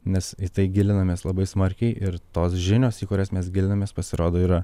nes į tai gilinamės labai smarkiai ir tos žinios į kurias mes gilinamės pasirodo yra